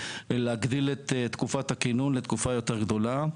להגדיל את תקופת הכינון לתקופה יותר גדולה.